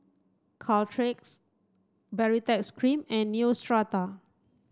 Caltrate Baritex cream and Neostrata